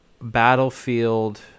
Battlefield